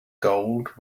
gold